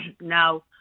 Now